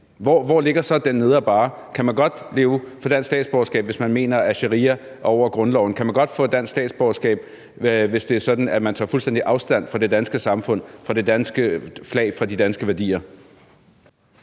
Hvor ligger så den nedre barre? Kan man godt få dansk statsborgerskab, hvis man mener, at sharia er over grundloven? Kan man godt få et dansk statsborgerskab, hvis det er sådan, at man tager fuldstændig afstand fra det danske samfund, fra det danske flag, fra de danske værdier?